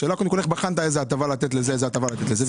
השאלה היא קודם כל איך בחנת איזו הטבות לתת לזה ואיזו הטבה לתת לזה.